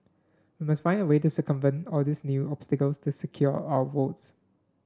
we must find a way to circumvent all these new obstacles this secure are our votes